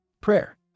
Prayer